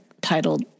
titled